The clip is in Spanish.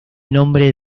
nombre